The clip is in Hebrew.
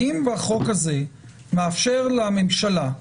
האם החוק הזה מאפשר לממשלה,